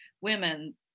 women